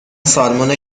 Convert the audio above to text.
سالمون